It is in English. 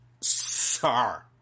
Sir